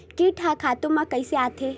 कीट ह खातु म कइसे आथे?